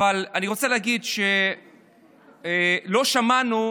אבל אני רוצה להגיד שלא שמענו,